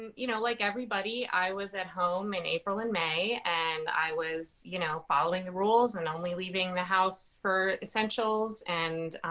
you know, like everybody, i was at home in april and may. and i was, you know, following the rules and only leaving the house for essentials. and,